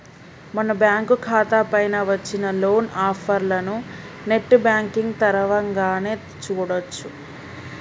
మన బ్యాంకు ఖాతా పైన వచ్చిన లోన్ ఆఫర్లను నెట్ బ్యాంకింగ్ తరవంగానే చూడొచ్చు